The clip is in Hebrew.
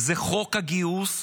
היא חוק גיוס לכולם,